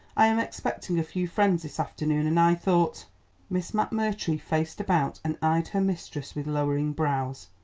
i am expecting a few friends this afternoon, and i thought miss mcmurtry faced about and eyed her mistress with lowering brows.